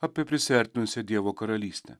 apie prisiartinusią dievo karalystę